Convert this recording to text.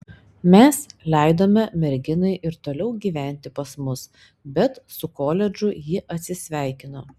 mes leidome merginai ir toliau gyventi pas mus bet su koledžu ji atsisveikino